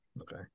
okay